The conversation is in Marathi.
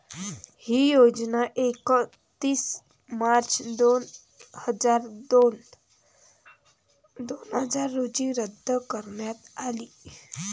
ही योजना एकतीस मार्च दोन हजार रोजी रद्द करण्यात आली